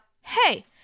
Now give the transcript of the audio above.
hey